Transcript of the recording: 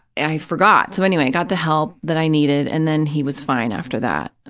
i forgot. so, anyway, i got the help that i needed, and then he was fine after that.